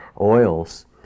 oils